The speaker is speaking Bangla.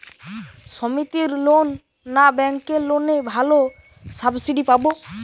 সমিতির লোন না ব্যাঙ্কের লোনে ভালো সাবসিডি পাব?